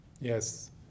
Yes